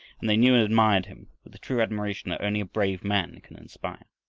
and they knew and admired him with the true admiration that only a brave man can inspire.